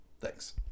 Thanks